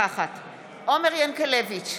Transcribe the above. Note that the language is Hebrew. עומר ינקלביץ'